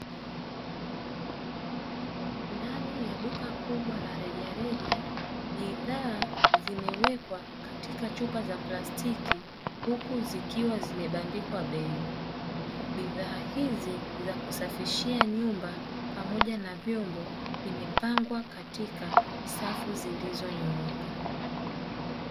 Ndani ya duka kubwa la rejareja bidhaa zimewekwa katika chupa za plastiki huku zikiwa zimebandikwa bei bidhaa hizi za kusafishia nyumba pamoja na vyombo zimepangwa katika safu zilizonyoka.